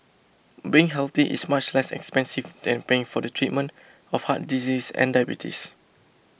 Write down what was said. being healthy is much less expensive than paying for the treatment of heart disease and diabetes